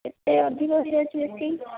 ଏତେ ଅଧିକା ହୋଇଯାଉଛି ବେଶି